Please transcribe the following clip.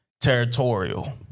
territorial